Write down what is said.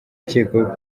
akekwaho